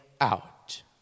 out